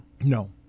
No